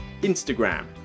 instagram